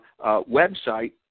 website